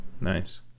Nice